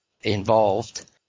involved